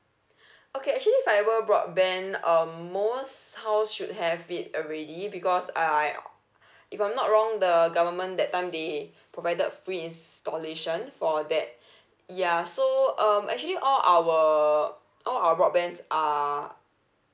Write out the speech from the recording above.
okay actually fibre broadband um most house should have it already because uh if I'm not wrong the government that time they provided free installation for that ya so um actually all our all our broadbands are